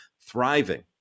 thriving